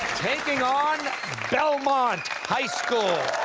taking on belmont high school.